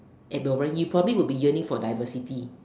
and you know you probably would be yearning for diversity